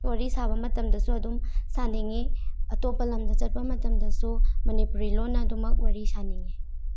ꯋꯥꯔꯤ ꯁꯥꯕ ꯃꯇꯝꯗꯁꯨ ꯑꯗꯨꯝ ꯁꯥꯅꯤꯡꯉꯤ ꯑꯇꯣꯞꯄ ꯂꯝꯗ ꯆꯠꯄ ꯃꯇꯝꯗꯁꯨ ꯃꯅꯤꯄꯨꯔꯤ ꯂꯣꯟꯅ ꯑꯗꯨꯃꯛ ꯋꯥꯔꯤ ꯁꯥꯅꯤꯡꯉꯤ